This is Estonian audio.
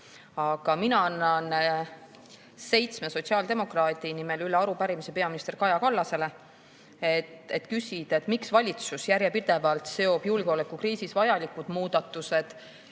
Aga mina annan seitsme sotsiaaldemokraadi nimel üle arupärimise peaminister Kaja Kallasele, et küsida, miks valitsus järjepidevalt seob julgeolekukriisis vajalikud muudatused